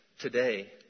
today